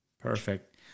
Perfect